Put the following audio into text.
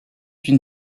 une